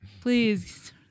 please